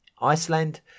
Iceland